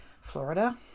Florida